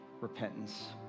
repentance